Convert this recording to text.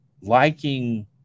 liking